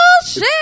Bullshit